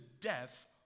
death